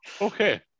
Okay